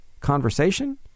conversation